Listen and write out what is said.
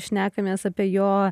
šnekamės apie jo